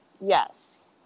Yes